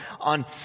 on